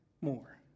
more